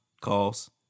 calls